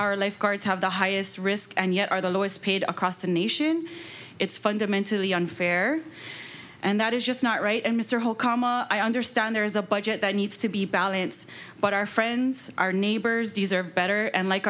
are lifeguards have the highest risk and yet are the lowest paid across the nation it's fundamentally unfair and that is just not right and mr holcombe i understand there is a budget that needs to be balanced but our friends our neighbors deserve better and like